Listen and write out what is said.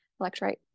electrolyte